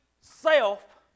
self